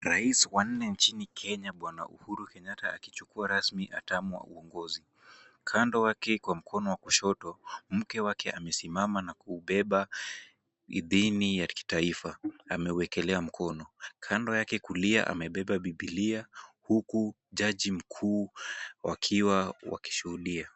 Rais wa nne nchini Kenya bwana Uhuru Kenyatta akichukua rasmi hatamu wa uongozi. Kando wake kwa mkono wa kushoto, mke wake amesimama na kuubeba idhini ya kitaifa, amewekelea mkono. Kando yake kulia amebeba bibilia huku jaji mkuu wakiwa wakishuhudia.